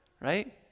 right